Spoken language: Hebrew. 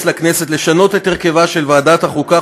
לכנסת לשנות את הרכבה של ועדת החוקה,